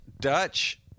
dutch